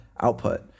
output